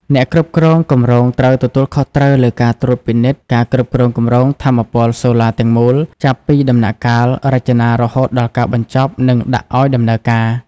អ្នកគ្រប់គ្រងគម្រោងត្រូវទទួលខុសត្រូវលើការត្រួតពិនិត្យ ការគ្រប់គ្រងគម្រោងថាមពលសូឡាទាំងមូល ចាប់ពីដំណាក់កាលរចនារហូតដល់ការបញ្ចប់ និងដាក់ឱ្យដំណើរការ។